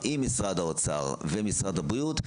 אלא עם משרד האוצר ומשרד הבריאות,